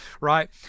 Right